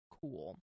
cool